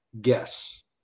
guess